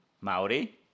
maori